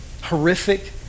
horrific